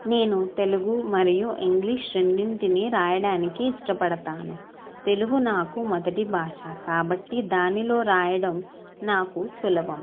నేను తెలుగు మరియు ఇంగ్లిష్ రెండింటినీ రాయడానికి ఇష్టపడతాను తెలుగు నాకు మొదటి భాష కాబట్టి దానిలో రాయడం నాకు సులభం